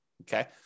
Okay